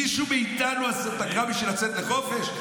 מישהו מאיתנו עשה פגרה כדי לצאת לחופש?